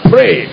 Pray